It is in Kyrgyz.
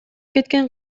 кеткен